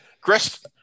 Chris